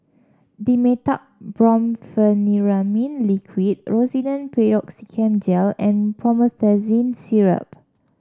Dimetapp Brompheniramine Liquid Rosiden Piroxicam Gel and Promethazine Syrup